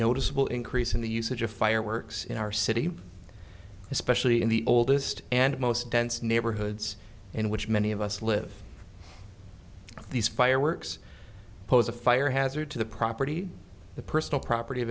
noticeable increase in the usage of fireworks in our city especially in the oldest and most dense neighborhoods in which many of us live these fireworks pose a fire hazard to the property the personal property of